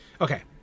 Okay